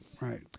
Right